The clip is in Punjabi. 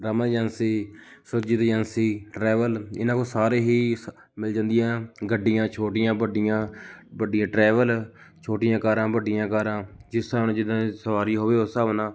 Raman agency Surjit agency travel ਇਹਨਾਂ ਕੋਲ ਸਾਰੇ ਹੀ ਮਿਲ ਜਾਂਦੀਆਂ ਗੱਡੀਆਂ ਛੋਟੀਆਂ ਵੱਡੀਆਂ ਵੱਡੀਆਂ ਟਰੈਵਲ ਛੋਟੀਆਂ ਕਾਰਾਂ ਵੱਡੀਆਂ ਕਾਰਾਂ ਜਿਸ ਹਿਸਾਬ ਨਾਲ਼ ਜਿੱਦਾਂ ਦੀ ਸਵਾਰੀ ਹੋਵੇ ਉਸ ਹਿਸਾਬ ਨਾਲ